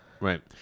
Right